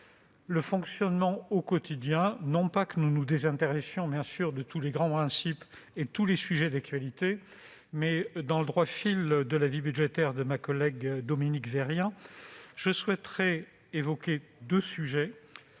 justice » au quotidien, non pas que nous nous désintéressions de tous les grands principes ni des sujets d'actualité, mais, dans le droit fil de l'avis budgétaire de ma collègue Dominique Vérien, je souhaite évoquer ces deux sujets